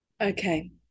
Okay